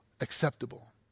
acceptable